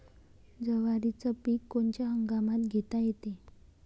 जवारीचं पीक कोनच्या हंगामात घेता येते?